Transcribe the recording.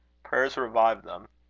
prayers revived them.